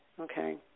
okay